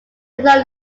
employ